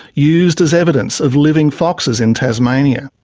used as evidence of living foxes in tasmania.